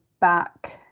back